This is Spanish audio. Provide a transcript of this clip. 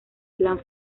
plan